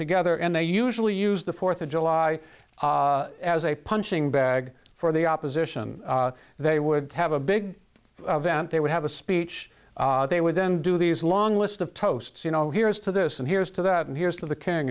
together and they usually use the fourth of july as a punching bag for the opposition they would have a big event they would have a speech they would then do these long list of toasts you know here's to this and here's to that and here's to the king